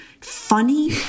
funny